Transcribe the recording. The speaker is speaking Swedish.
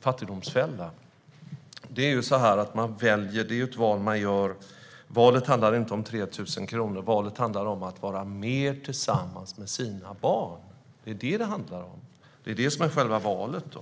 fattigdomsfälla. Det är ett val man gör, och det valet handlar inte om 3 000 kronor. Det handlar om att vara mer tillsammans med sina barn. Det är detta det handlar om, och det är det som är själva valet.